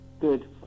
Good